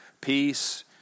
peace